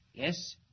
Yes